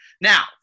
Now